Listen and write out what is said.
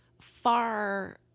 far